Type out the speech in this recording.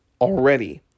already